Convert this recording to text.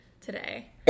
today